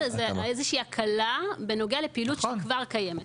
איזו שהיא הקלה בנוגע לפעילות שכבר קיימת,